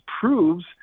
proves